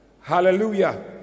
Hallelujah